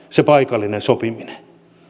se paikallinen sopiminen onkin lainvastainen